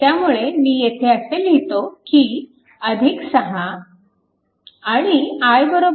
त्यामुळे मी येथे असे लिहितो की 6